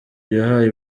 yahaye